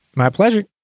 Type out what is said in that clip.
my pleasure